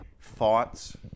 thoughts